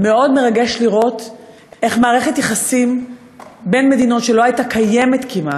מאוד מרגש לראות איך מערכת יחסים בין מדינות שלא הייתה קיימת כמעט,